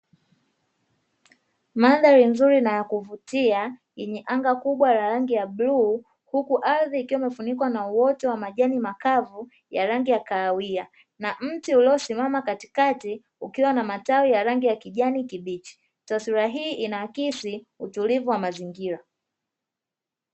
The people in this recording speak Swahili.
Mandhari nzuri na yakuvutia yenye anga kubwa la ragi ya bluu , huku ardhi ikiwa imefunikwa na uoto wa majani makavu ya rangi ya kahawia, na mti uliosimama katikati ukiwa na matawi ya rangi ya kijani kibichi . Taswira hii inaakisi utulivu wa mazingira.